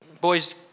boys